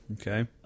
Okay